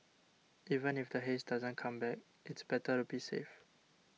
even if the haze doesn't come back it's better to be safe